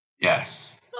Yes